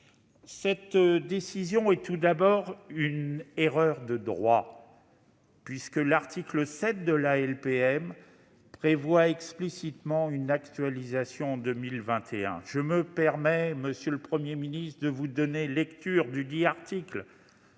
Cette décision est tout d'abord une erreur de droit. En effet, l'article 7 de la LPM prévoit explicitement une actualisation en 2021. Je vais me permettre, monsieur le Premier ministre, de vous en donner lecture, au cas